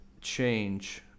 change